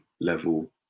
level